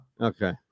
Okay